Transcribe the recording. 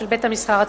של בית-המסחר עצמו.